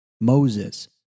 Moses